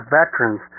veterans